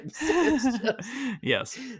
Yes